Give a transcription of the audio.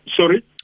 Sorry